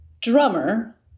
drummer